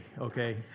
okay